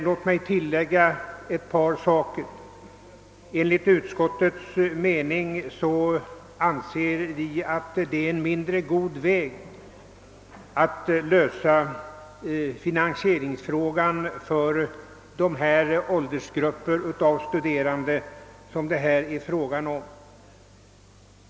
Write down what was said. Låt mig dock tillägga ett par saker. Enligt utskottets mening är det en mindre god väg att genom lån lösa finansieringsfrågan för de åldersgrupper av studerande som det här är fråga om.